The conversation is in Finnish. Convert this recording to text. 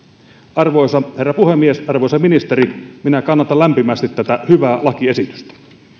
arvoisa herra puhemies arvoisa ministeri minä kannatan lämpimästi tätä hyvää lakiesitystä